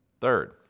third